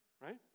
Right